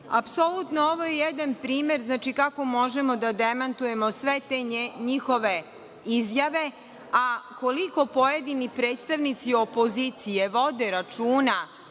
apsolutno je ovo jedan primer kako možemo da demantujemo sve te njihove izjave, a koliko pojedini predstavnici opozicije vode računa